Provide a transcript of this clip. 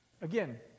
Again